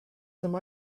some